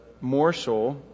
morsel